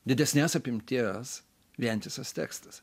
didesnės apimties vientisas tekstas